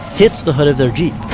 hits the hood of their jeep.